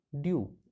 due